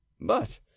But